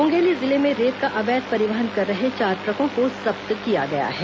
मुंगेली जिले में रेत का अवैध परिवहन कर रहे चार ट्रकों को जब्त किया गया है